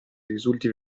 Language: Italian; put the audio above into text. risulti